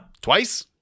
Twice